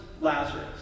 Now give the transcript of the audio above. Lazarus